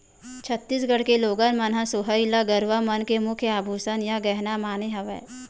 छत्तीसगढ़ के लोगन मन ह सोहई ल गरूवा मन के मुख्य आभूसन या गहना माने हवय